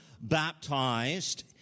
baptized